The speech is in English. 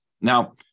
Now